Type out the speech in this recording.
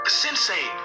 sensei